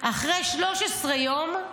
אחרי 13 יום,